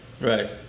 Right